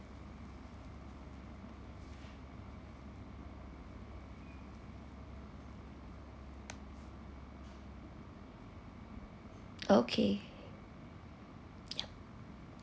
okay yup